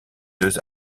deux